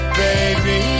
baby